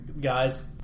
Guys